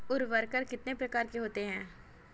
उर्वरक कितने प्रकार के होते हैं?